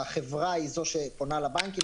החברה היא זו שפונה לבנקים,